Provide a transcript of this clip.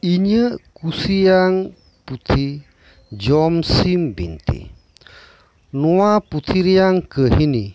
ᱤᱧᱟᱹᱜ ᱠᱩᱥᱤᱭᱟᱝ ᱯᱩᱛᱷᱤ ᱡᱚᱢ ᱥᱤᱢ ᱵᱤᱱᱛᱤ ᱱᱚᱶᱟ ᱯᱩᱛᱷᱤ ᱨᱮᱭᱟᱝ ᱠᱟᱹᱦᱤᱱᱤ